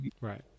right